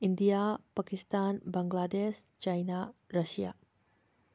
India Pakistan Bangladesh China Russia